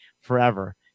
forever